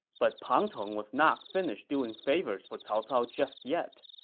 but pang tong was not finished doing favors for cao cao just yet.